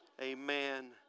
Amen